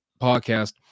podcast